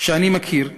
שאני מכיר.